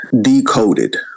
Decoded